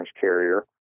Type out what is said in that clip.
carrier